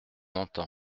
entend